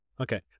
Okay